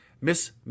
miss